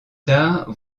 tard